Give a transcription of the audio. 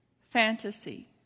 Fantasy